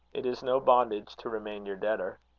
it is no bondage to remain your debtor.